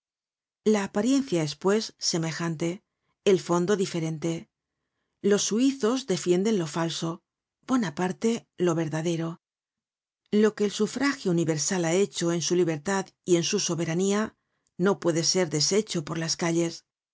la apariencia es pues semejante el fondo diferente los suizos defienden lo falso bonaparte lo verdadero lo que el sufragio universal ha hecho en su libertad y en su soberanía no puede ser deshecho por las calles